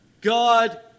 God